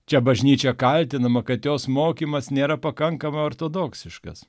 čia bažnyčia kaltinama kad jos mokymas nėra pakankamai ortodoksiškas